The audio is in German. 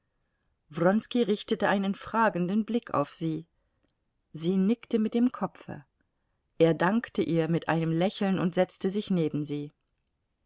richtete einen fragenden blick auf sie sie nickte mit dem kopfe er dankte ihr mit einem lächeln und setzte sich neben sie